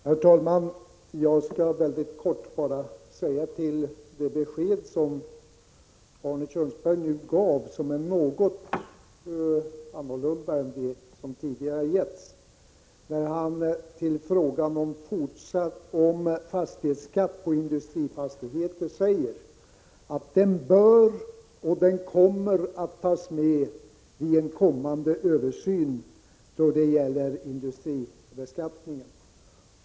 Herr talman! Jag skall fatta mig mycket kort. Det besked som Arne Kjörnsberg nu lämnade är något annorlunda än det som tidigare har givits. På frågan om fastighetsskatt på industrifastigheter svarade han att den bör och kommer att tas med i en kommande översyn då det gäller företagsbeskattningen.